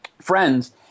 friends